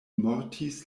mortis